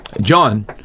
John